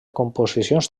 composicions